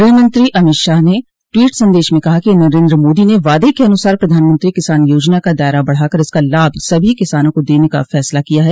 गृहमंत्री अमित शाह ने ट्वीट संदेश में कहा कि नरेन्द्र मोदी ने वादे के अनुसार प्रधानमंत्री किसान योजना का दायरा बढ़ाकर इसका लाभ सभी किसानों को देने का फैसला किया है